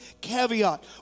caveat